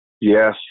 Yes